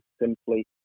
simply